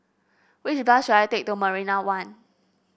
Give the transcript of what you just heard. which bus should I take to Marina One